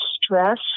stress